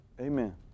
Amen